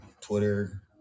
Twitter